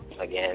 Again